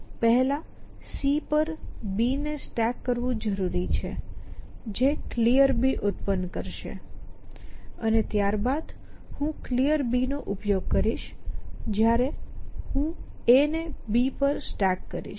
પહેલા C પર B ને સ્ટેક કરવું જરૂરી છે જે Clear ઉત્પન્ન કરશે અને ત્યારબાદ હું Clear નો ઉપયોગ કરીશ જ્યારે હું A ને B પર સ્ટેક કરીશ